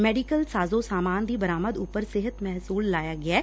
medical ਸਾਜੋ ਸਮਾਨ ਦੀ ਬਰਾਮਦ ਉਪਰ ਸਿਹਤ ਮਹਿਸੁਲ ਲਾਇਆ ਗਿਐ